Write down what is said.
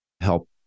help